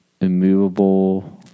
Immovable